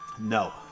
No